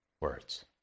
words